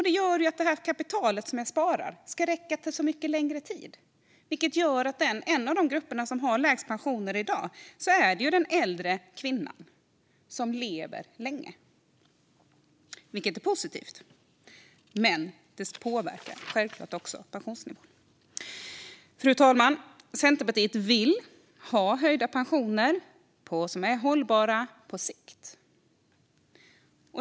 Det gör att kapitalet som jag sparar ska räcka under mycket längre tid. Det leder till att en av de grupper som i dag har lägst pensioner är de äldre kvinnorna, som lever länge. Det är i sig positivt, men det påverkar självklart pensionsnivån. Fru talman! Centerpartiet vill ha höjda pensioner som är hållbara på sikt.